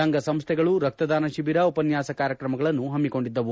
ಸಂಘ ಸಂಸ್ಥೆಗಳು ರಕ್ತದಾನ ಶಿಬಿರ ಉಪನ್ಯಾಸ ಕಾರ್ಯಕ್ರಮಗಳನ್ನು ಹಮ್ಮಿಕೊಂಡಿದ್ದವು